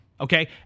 okay